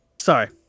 Sorry